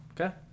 Okay